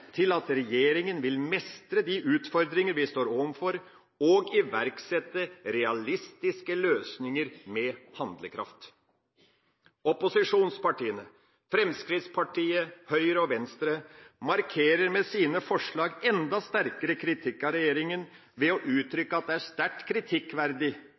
til at regjeringa vil mestre de utfordringer vi står overfor, og med handlekraft iverksette realistiske løsninger. Opposisjonspartiene Fremskrittspartiet, Høyre og Venstre markerer med sitt forslag enda sterkere kritikk av regjeringa ved å uttrykke at «det er sterkt kritikkverdig